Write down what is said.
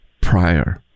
prior